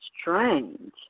strange